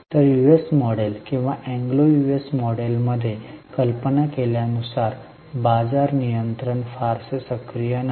तर US model किंवा Anglo US मॉडेलमध्ये कल्पना केल्या नुसार बाजार नियंत्रण फारसे सक्रिय नाही